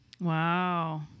Wow